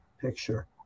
picture